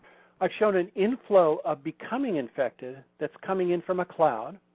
i've shown an inflow of becoming infected that's coming in from a cloud.